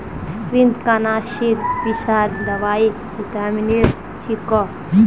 कृन्तकनाशीर विषहर दवाई विटामिनेर छिको